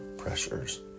pressures